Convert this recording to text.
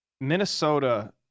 Minnesota